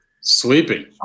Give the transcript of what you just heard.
sleeping